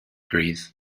grief